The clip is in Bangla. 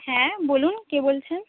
হ্যাঁ বলুন কে বলছেন